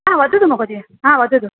हा वदतु महोदय हा वदतु